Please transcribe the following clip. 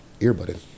earbud